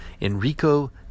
Enrico